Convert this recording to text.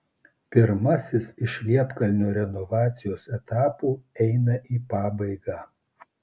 pirmasis iš liepkalnio renovacijos etapų eina į pabaigą